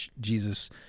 jesus